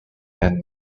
and